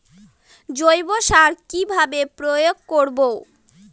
জৈব সার কি ভাবে প্রয়োগ করব?